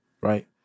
right